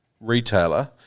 retailer